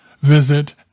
visit